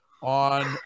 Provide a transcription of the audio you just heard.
on